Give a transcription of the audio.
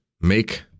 Make